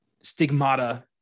stigmata